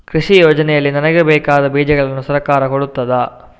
ಕೃಷಿ ಯೋಜನೆಯಲ್ಲಿ ನನಗೆ ಬೇಕಾದ ಬೀಜಗಳನ್ನು ಸರಕಾರ ಕೊಡುತ್ತದಾ?